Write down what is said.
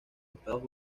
estados